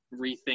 rethink